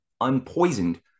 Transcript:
unpoisoned